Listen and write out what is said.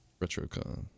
RetroCon